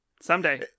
Someday